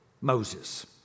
Moses